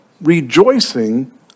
Rejoicing